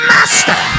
Master